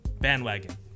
Bandwagon